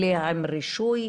אלה עם רישוי,